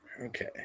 Okay